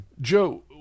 Joe